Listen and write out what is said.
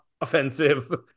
offensive